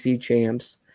champs